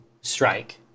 strike